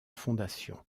fondation